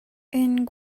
and